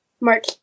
March